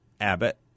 Abbott